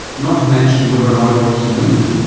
not to mention whether or not it works in women.